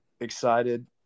excited –